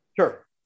Sure